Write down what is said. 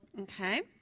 Okay